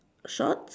shorts